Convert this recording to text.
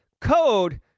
code